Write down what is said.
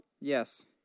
Yes